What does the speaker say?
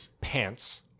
pants